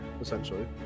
essentially